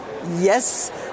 yes